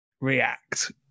react